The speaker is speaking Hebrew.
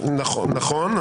נכון.